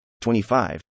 25